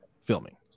filming